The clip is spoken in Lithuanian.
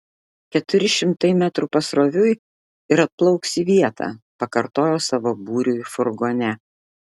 keturi šimtai metrų pasroviui ir atplauks į vietą pakartojo savo būriui furgone